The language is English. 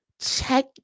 Check